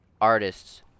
artists